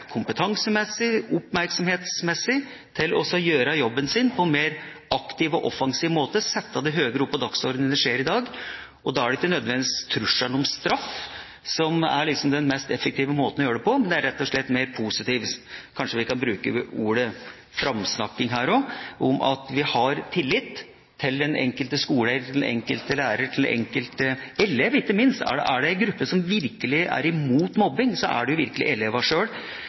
gjøre jobben sin på en mer aktiv og offensiv måte, sette det høyere opp på dagsordenen enn i dag. Da er det ikke nødvendigvis trusselen om straff som er den mest effektive måten å gjøre det på, men rett og slett positiv «framsnakking» – om vi kan bruke det ordet her også – vise at vi har tillit til den enkelte skole, lærer og elev, ikke minst. Er det en gruppe som virkelig er imot mobbing, er det